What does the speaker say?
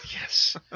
Yes